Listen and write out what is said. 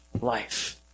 life